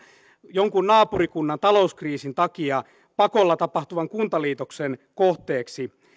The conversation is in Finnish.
jonkun naapurikunnan talouskriisin takia pakolla tapahtuvan kuntaliitoksen kohteeksi